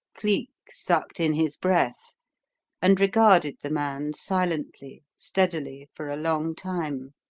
cleek sucked in his breath and regarded the man silently, steadily, for a long time.